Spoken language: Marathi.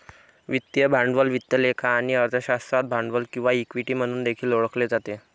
वित्तीय भांडवल वित्त लेखा आणि अर्थशास्त्रात भांडवल किंवा इक्विटी म्हणून देखील ओळखले जाते